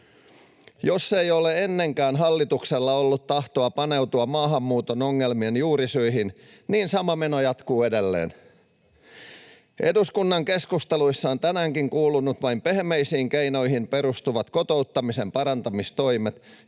Jos ei ole ennenkään hallituksella ollut tahtoa paneutua maahanmuuton ongelmien juurisyihin, niin sama meno jatkuu edelleen. [Mika Kari: Höpö höpö!] Eduskunnan keskusteluissa on tänäänkin kuulunut vain pehmeisiin keinoihin perustuvat kotouttamisen parantamistoimet,